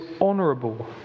honourable